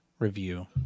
review